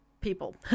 people